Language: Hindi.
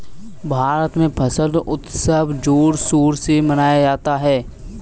भारत में फसल उत्सव जोर शोर से मनाया जाता है